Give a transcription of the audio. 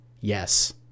Yes